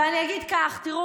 ואני אגיד כך: תראו,